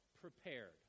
prepared